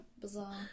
Bizarre